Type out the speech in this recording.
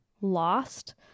lost